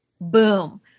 boom